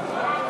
ההצעה